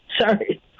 Sorry